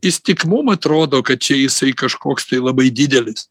jis tik mum atrodo kad čia jisai kažkoks tai labai didelis